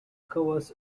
covers